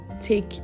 Take